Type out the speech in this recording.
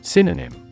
Synonym